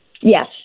Yes